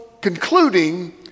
concluding